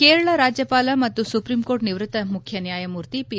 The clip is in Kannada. ಕೇರಳ ರಾಜ್ಯಪಾಲ ಮತ್ತು ಸುಪ್ರೀಂ ಕೋರ್ಟ್ ನಿವೃತ್ತ ಮುಖ್ಯ ನ್ಯಾಯಮೂರ್ತಿ ಪಿ